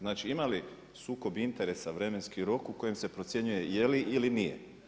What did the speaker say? Znači ima li sukob interesa vremenski rok u kojem se procjenjuje je li ili nije.